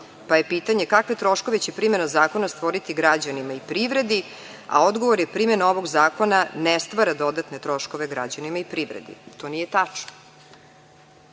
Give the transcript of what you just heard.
pa je pitanje kakve troškove će primena zakona stvoriti građanima i privredi, a odgovor je primena ovog zakona ne stvara dodatne troškove građanima i privredi. To nije tačno,